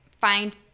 find